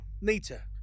neater